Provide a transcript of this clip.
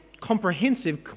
comprehensive